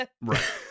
Right